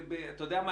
אתה יודע מה?